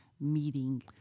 meeting